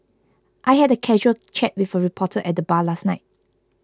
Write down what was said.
I had a casual chat with a reporter at the bar last night